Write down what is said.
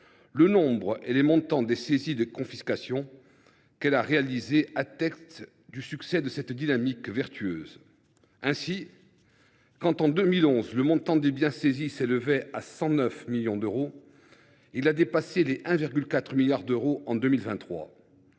le nombre et le montant des saisies et confiscations qu’elle a réalisées attestent du succès de cette dynamique vertueuse. Ainsi, alors qu’en 2011 le montant des biens saisis s’est élevé à 109 millions d’euros, il est passé à 1,4 milliard d’euros, en 2023.